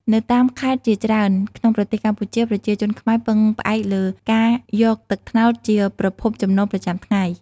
នៅតាមខេត្តជាច្រើនក្នុងប្រទេសកម្ពុជា ប្រជាជនខ្មែរពឹងផ្អែកលើការយកទឹកត្នោតជាប្រភពចំណូលប្រចាំថ្ងៃ។